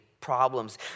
problems